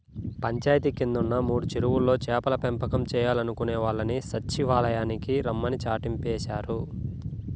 పంచాయితీ కిందున్న మూడు చెరువుల్లో చేపల పెంపకం చేయాలనుకునే వాళ్ళని సచ్చివాలయానికి రమ్మని చాటింపేశారు